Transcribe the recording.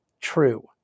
true